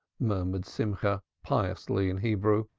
murmured simcha piously in hebrew,